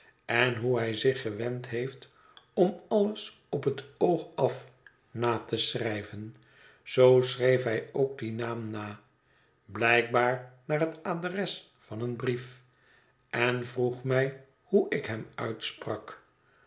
en hoe hij zich gewend heeft om alles op het oog af na te schrijven zoo schreef hij ook dien naam na blijkbaar naar het adres van een brief en vroeg mij hoe ik hem uitsprak